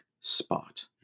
spot